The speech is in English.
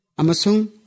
Amasung